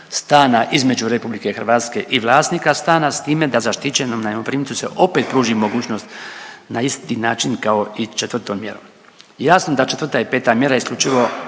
stana između Republike Hrvatske i vlasnika stana s time da zaštićenom najmoprimcu se opet pruži mogućnost na isti način kao i četvrtom mjerom. Jasno da četvrta i peta mjera isključivo